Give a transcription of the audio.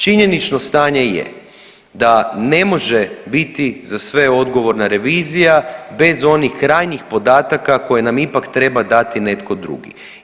Činjenično stanje je da ne može biti za sve odgovorna revizija bez onih krajnjih podataka koje nam ipak treba dati netko drugi.